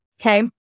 okay